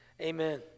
Amen